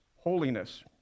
Holiness